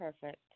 perfect